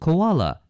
Koala